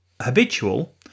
habitual